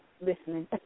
listening